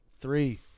Three